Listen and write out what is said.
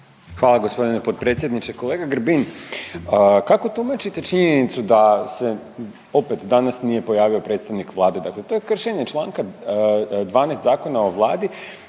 Hvala gospodine potpredsjedniče. Kolega Grbin kako tumačite činjenicu da se opet danas nije pojavio predstavnik Vlade. Dakle, to je kršenje Članka 12. Zakona o vladi